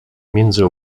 między